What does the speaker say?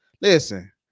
listen